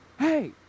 Hey